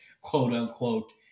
quote-unquote